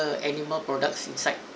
err animal products inside